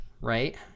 right